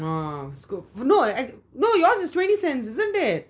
uh school no act~ no yours is twenty cents isn't it